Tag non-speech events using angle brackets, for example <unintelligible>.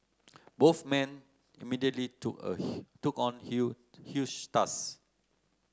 both men immediately took <noise> took on <unintelligible> huge tasks